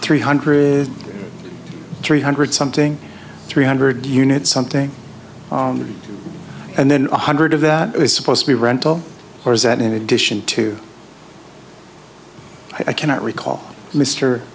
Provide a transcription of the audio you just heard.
three hundred three hundred something three hundred units something and then one hundred of that is supposed to be rental or is that in addition to i cannot recall mr